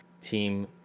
team